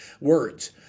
words